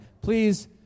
Please